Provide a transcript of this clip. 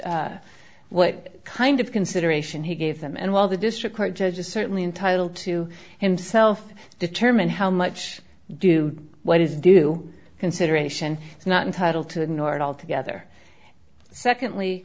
what kind of consideration he gave them and while the district court judge is certainly entitled to himself determine how much do what is due consideration not entitle to ignore it altogether secondly